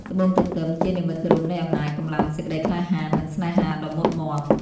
ត្បូងទទឹម ជានិមិត្តរូបនៃ អំណាច កម្លាំង សេចក្ដីក្លាហាន និងស្នេហាដ៏មុតមាំ។